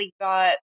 got